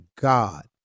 God